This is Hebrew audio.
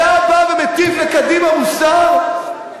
אתה בא ומטיף לקדימה מוסר?